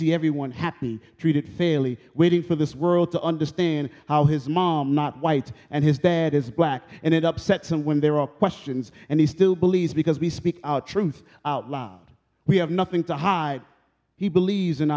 see everyone happy treated fairly waiting for this world to understand how his mom not white and his dad is black and it upsets him when there are questions and he still believes because we speak our truth out loud we have nothing to hide he believes in